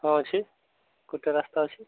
ହଁ ଅଛି ଗୁଟେ ରାସ୍ତା ଅଛି